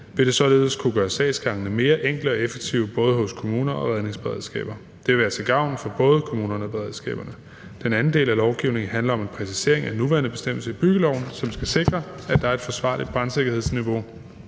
vil det således kunne gøre sagsgangene mere enkle og effektive hos både kommuner og redningsberedskaber. Det vil være til gavn for både kommunerne og beredskaberne. Den anden del af lovgivningen handler om en præcisering af den nuværende bestemmelse i byggeloven, som skal sikre, at der er et forsvarligt brandsikkerhedsniveau